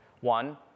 one